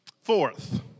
Fourth